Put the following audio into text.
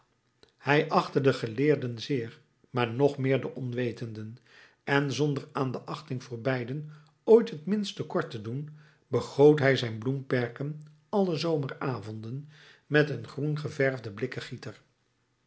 hij achtte de geleerden zeer maar meer nog de onwetenden en zonder aan de achting voor beiden ooit in t minst te kort te doen begoot hij zijn bloemperken alle zomeravonden met een groen geverfden blikken gieter